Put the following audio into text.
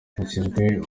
yanashimiye